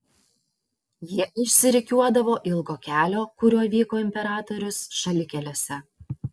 jie išsirikiuodavo ilgo kelio kuriuo vyko imperatorius šalikelėse